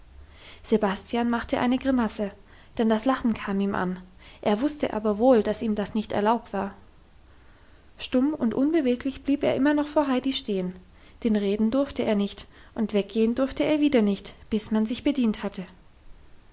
sebastian machte eine grimasse denn das lachen kam ihn an er wusste aber wohl dass ihm das nicht erlaubt war stumm und unbeweglich blieb er immer noch vor heidi stehen denn reden durfte er nicht und weggehen durfte er wieder nicht bis man sich bedient hatte